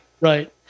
Right